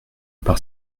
par